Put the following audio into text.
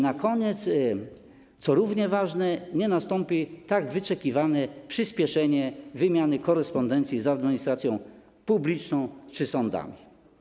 Na koniec, co równie ważne, nie nastąpi tak wyczekiwane przyspieszenie wymiany korespondencji z administracją publiczną czy sądami.